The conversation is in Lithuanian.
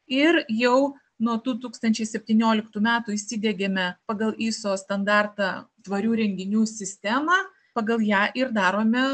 ir jau nuo du tūkstančiai septynioliktų metų įsidiegėme pagal iso standartą tvarių renginių sistemą pagal ją ir darome